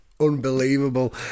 unbelievable